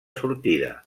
sortida